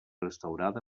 restaurada